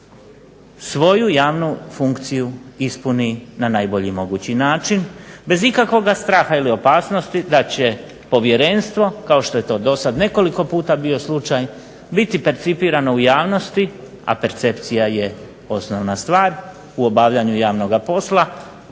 svoju javnu funkciju ispuni na najbolji mogući način bez ikakvoga straha ili opasnosti da će povjerenstvo kao što je to dosad nekoliko puta bio slučaj biti percipirano u javnosti, a percepcija je osnovna stvar u obavljanju javnoga posla,